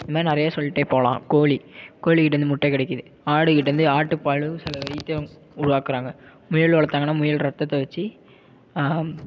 இது மாரி நிறையா சொல்லிகிட்டே போகலாம் கோழி கோழிகிட்டேந்து முட்டை கிடைக்கிது ஆடு கிட்டேந்து ஆட்டு பால் சில வைத்தியம் உருவாக்குறாங்க முயல் வளர்த்தாங்கன்னா முயல் ரத்தத்தை வச்சு